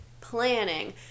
planning